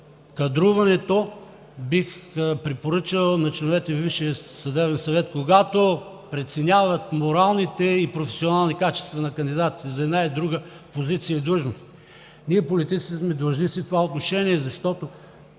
кадруването, бих препоръчал на членовете на Висшия съдебен съвет, когато преценяват моралните и професионалните качества на кандидатите за една или друга позиция и длъжност – ние политиците сме длъжници в това отношение, защото